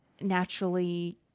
naturally